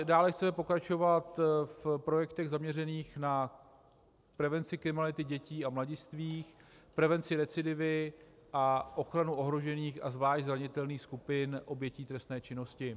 Dále chceme pokračovat v projektech zaměřených na prevenci kriminality dětí a mladistvých, v prevenci recidivy a ochraně ohrožených a zvlášť zranitelných skupin obětí trestné činnosti.